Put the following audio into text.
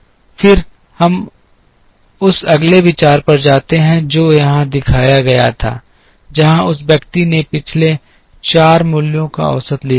फिर हम उस अगले विचार पर जाते हैं जो यहां दिखाया गया था जहां उस व्यक्ति ने पिछले 4 मूल्यों का औसत लिया था